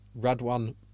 Radwan